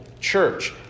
church